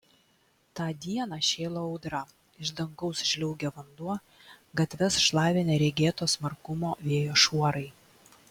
tą dieną šėlo audra iš dangaus žliaugė vanduo gatves šlavė neregėto smarkumo vėjo šuorai